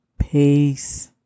Peace